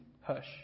Hush